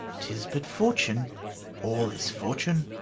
t is but fortune all is fortune.